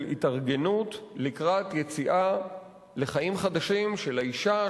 התארגנות לקראת יציאה לחיים חדשים של האשה,